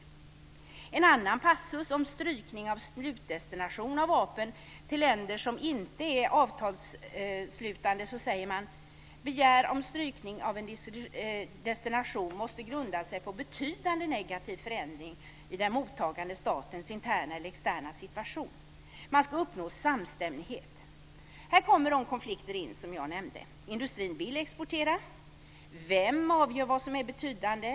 I en annan passus om strykning av slutdestination av vapen till länder som inte är avtalsslutande framgår följande: Begäran om att stryka en destination måste grunda sig på en betydande negativ förändring i den mottagande statens interna eller externa situation. Man ska uppnå samstämmighet. Här kommer de konflikter jag nämnde in. Industrin vill exportera. Vem avgör vad som är betydande?